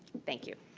thank you.